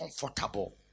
comfortable